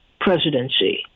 presidency